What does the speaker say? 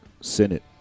Senate